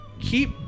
keep